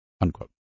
unquote